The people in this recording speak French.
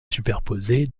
superposées